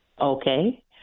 Okay